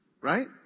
Right